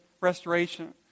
restoration